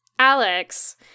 Alex